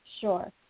sure